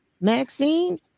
Maxine